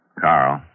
Carl